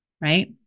right